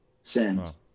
send